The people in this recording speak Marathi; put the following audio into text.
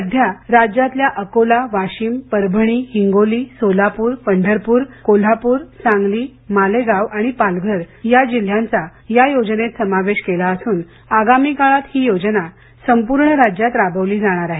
सध्या राज्यातल्या अकोला वाशिम परभणी हिंगोली सोलापूर पंढरपूर कोल्हापूर सांगली मालेगाव आणि पालघर या जिल्ह्यांचा या योजनेत समावेश केला असून आगामी काळात ही योजना संपूर्ण राज्यात राबवली जाणार आहे